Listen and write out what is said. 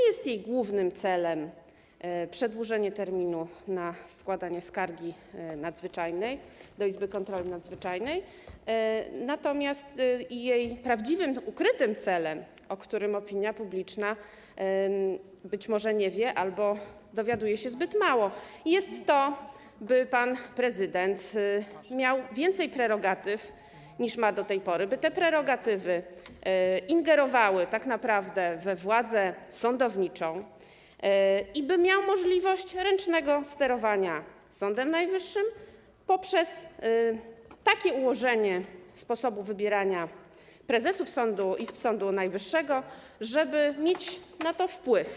Jej głównym celem nie jest przedłużenie terminu na składanie skargi nadzwyczajnej do izby kontroli nadzwyczajnej, jej prawdziwym, ukrytym celem, o którym opinia publiczna być może nie wie albo wie zbyt mało, jest to, by pan prezydent miał więcej prerogatyw, niż ma do tej pory, by te prerogatywy ingerowały tak naprawdę we władzę sądowniczą, i by miał możliwość ręcznego sterowania Sądem Najwyższym poprzez takie ułożenie sposobu wybierania prezesów sądów i Sądu Najwyższego, żeby mieć na to wpływ.